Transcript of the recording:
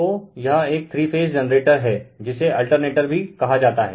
तो यह एक थ्री फेज जनरेटर है जिसे अल्टरनेटर भी कहा जाता है